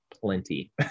plenty